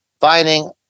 finding